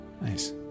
nice